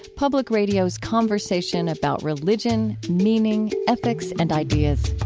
public radio's conversation about religion, meaning, ethics and ideas.